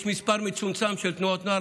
יש מספר מצומצם של תנועות נוער,